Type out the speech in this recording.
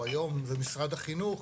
או היום זה משרד החינוך,